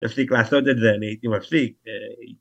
תפסיק לעשות את זה, אני הייתי מפסיק.